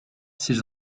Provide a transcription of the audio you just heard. s’ils